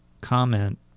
comment